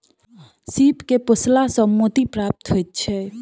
सीप के पोसला सॅ मोती प्राप्त होइत छै